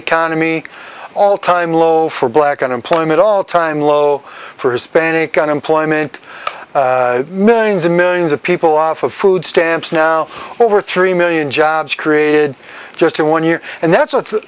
economy all time low for black unemployment all time low for hispanic unemployment millions and millions of people off of food stamps now over three million jobs created just in one year and that's what